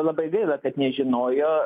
labai gaila kad nežinojo